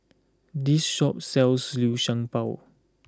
this shop sells Liu Sha Bao